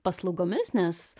paslaugomis nes